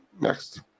Next